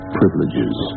privileges